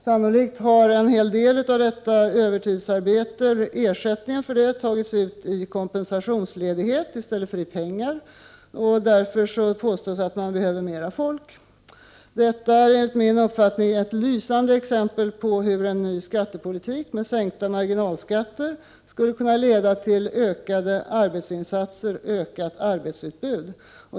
Sannolikt har en hel del av ersättningen för detta övertidsarbete tagits ut i kompensationsledighet i stället för i pengar, och därför påstås det att det behövs mera folk. Detta är enligt min uppfattning ett lysande exempel på hur en ny skattepolitik med sänkta marginalskatter skulle kunna leda till ökade arbetsinsatser och ökat arbetsutbud.